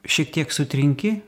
šiek tiek sutrinki